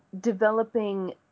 developing